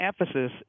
emphasis